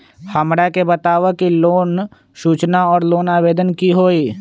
हमरा के बताव कि लोन सूचना और लोन आवेदन की होई?